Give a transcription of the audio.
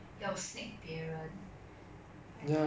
thank god 我还没有遇到这种人 lor